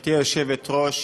גברתי היושבת-ראש,